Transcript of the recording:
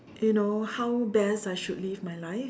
you know how best I should live my life